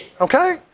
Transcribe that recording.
Okay